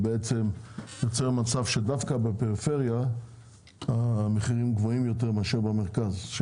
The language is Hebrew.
בעצם מצב שדווקא בפריפריה המחירים גבוהים יותר מאשר במרכז.